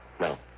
No